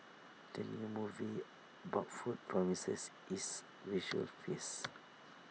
the new movie about food promises is visual feast